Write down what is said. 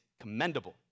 commendable